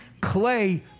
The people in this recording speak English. clay